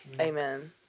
Amen